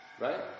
Right